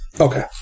Okay